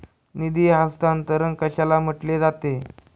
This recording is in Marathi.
निधी हस्तांतरण कशाला म्हटले जाते?